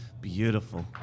Beautiful